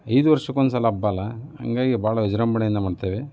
ಐದು ವರ್ಷಕ್ಕೊಂದ್ಸಲ ಹಬ್ಬ ಅಲಾ ಹಾಗಾಗಿ ಭಾಳ ವಿಜೃಂಭಣೆಯಿಂದ ಮಾಡುತ್ತೇವೆ